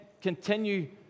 continue